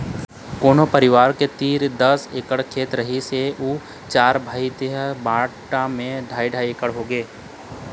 कोनो परिवार तीर दस एकड़ खेत रहिस हे अउ चार भाई हे त बांटा म ढ़ाई ढ़ाई एकड़ होगे